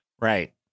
Right